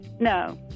No